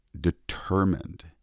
determined